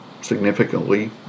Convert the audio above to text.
significantly